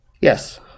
Yes